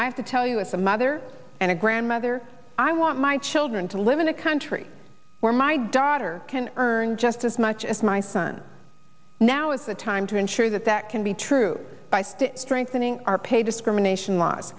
i have to tell you as a mother and a grandmother i want my children to live in a country where my daughter can earn just as much as my son now is the time to ensure that that can be true by still strengthening our pay discrimination laws